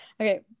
Okay